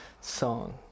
song